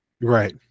right